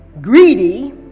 Greedy